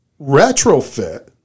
retrofit